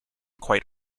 quite